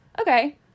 okay